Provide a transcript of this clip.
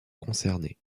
concerné